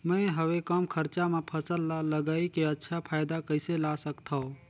मैं हवे कम खरचा मा फसल ला लगई के अच्छा फायदा कइसे ला सकथव?